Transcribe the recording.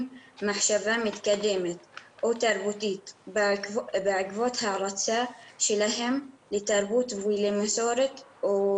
מחשבה מתקדמת או תרבותית בעקבות הערצה שלהם לתרבות ולמסורת של